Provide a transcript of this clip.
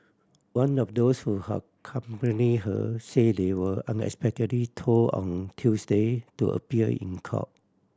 one of those who accompany her say they were unexpectedly told on Tuesday to appear in court